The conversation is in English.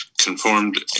conformed